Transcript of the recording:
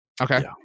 Okay